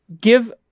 give